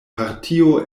partio